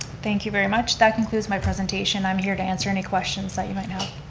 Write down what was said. thank you very much that concludes my presentation. i'm here to answer any questions that you might have.